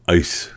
ice